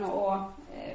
och